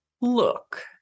look